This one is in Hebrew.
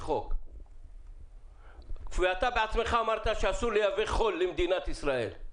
חוק ואתה בעצמך אמרת שאסור לייבא חול למדינת ישראל,